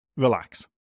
Relax